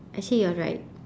actually you're right